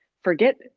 forget